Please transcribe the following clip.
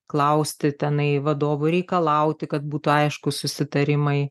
klausti tenai vadovų reikalauti kad būtų aiškūs susitarimai